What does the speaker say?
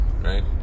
right